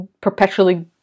perpetually